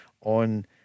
on